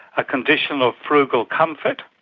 a condition of frugal comfort.